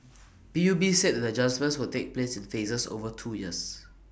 P U B said the adjustments will take place in phases over two years